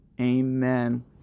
Amen